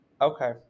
Okay